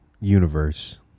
universe